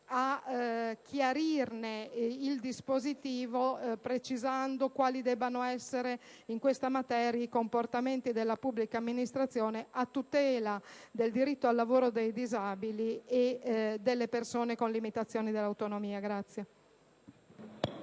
a chiarirne il dispositivo, precisando quali debbano essere in questa materia i comportamenti della pubblica amministrazione a tutela del diritto al lavoro dei disabili e delle persone con limitazione della autonomia.